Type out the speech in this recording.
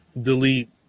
delete